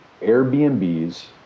Airbnbs